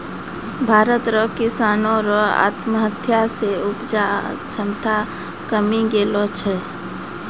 भारत रो किसानो रो आत्महत्या से उपजा क्षमता कमी गेलो छै